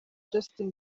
justin